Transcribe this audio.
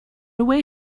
away